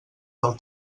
del